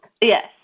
Yes